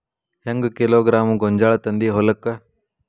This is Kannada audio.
ಹೆಂಗ್ ಕಿಲೋಗ್ರಾಂ ಗೋಂಜಾಳ ತಂದಿ ಹೊಲಕ್ಕ?